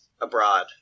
abroad